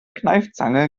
kneifzange